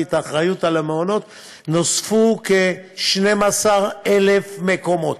את האחריות למעונות נוספו כ-12,000 מקומות.